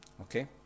Okay